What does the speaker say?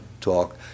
talk